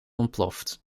ontploft